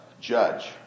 judge